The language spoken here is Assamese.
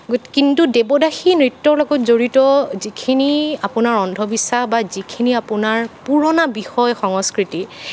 কিন্তু দেৱদাসী নৃত্যৰ লগত জড়িত যিখিনি আপোনাৰ অন্ধবিশ্বাস বা যিখিনি আপোনাৰ পুৰণা বিষয় সংস্কৃতি